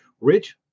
Rich